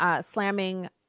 slamming